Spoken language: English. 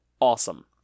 awesome